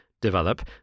develop